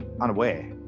unaware